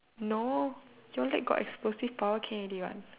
no your leg got explosive power okay already what